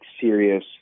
serious